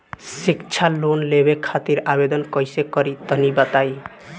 शिक्षा लोन लेवे खातिर आवेदन कइसे करि तनि बताई?